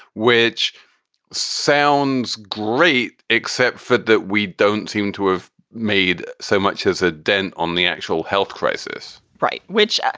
which sounds great, except for that we don't seem to have made so much as a dent on the actual health crisis right. which.